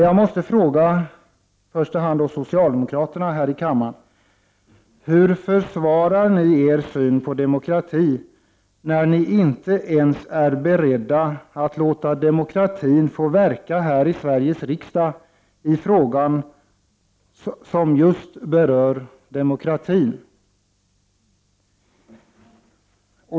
Jag måste fråga i första hand socialdemokraterna här i kammren: Hur försvarar ni er syn på demokrati när ni inte ens är beredda att låta demokratin få verka här i Sveriges riksdag i frågor som just berör demokratin?